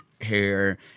hair